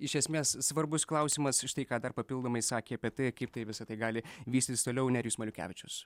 iš esmės svarbus klausimas štai ką dar papildomai sakė apie tai kaip tai visa tai gali vystytis toliau nerijus maliukevičius